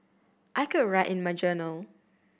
I could write in my journal